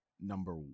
Number